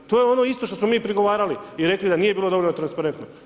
To je ono isto što smo mi prigovarali i rekli da nije bilo dovoljno transparentno.